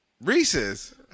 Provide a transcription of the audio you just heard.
Reese's